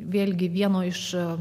vėlgi vieno iš